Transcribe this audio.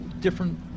different